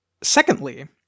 secondly